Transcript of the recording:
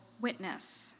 witness